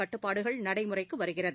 கட்டுப்பாடுகள் நடைமுறைக்கு வருகிறது